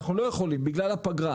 אנחנו לא יכולים בגלל הפגרה,